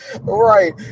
Right